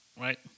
right